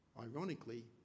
ironically